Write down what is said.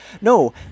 No